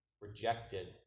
rejected